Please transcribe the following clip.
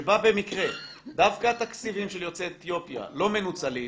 שבה במקרה דווקא התקציבים של יוצאי אתיופיה לא מנוצלים,